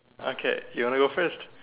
okay you want to go first